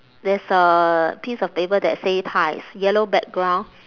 there's a piece of paper that say pies yellow background